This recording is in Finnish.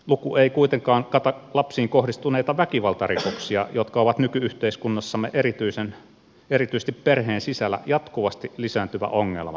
luku ei kuitenkaan kata lapsiin kohdistuneita väkivaltarikoksia jotka ovat nyky yhteiskunnassamme erityisesti perheen sisällä jatkuvasti lisääntyvä ongelma